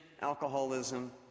alcoholism